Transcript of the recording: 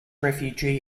refugee